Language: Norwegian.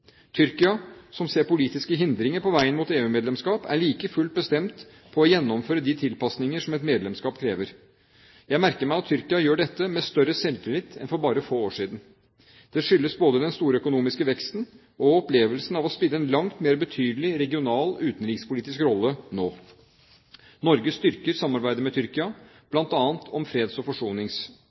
Tyrkia, som ser politiske hindringer på veien mot EU-medlemskap, er like fullt bestemt på å gjennomføre de tilpasninger som et medlemskap krever. Jeg merker meg at Tyrkia gjør dette med større selvtillit enn for bare få år siden. Det skyldes både den store økonomiske veksten og opplevelsen av å spille en langt mer betydelig regional utenrikspolitisk rolle nå. Norge styrker samarbeidet med Tyrkia, bl.a. om freds- og forsoningsarbeid,